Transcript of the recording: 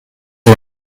are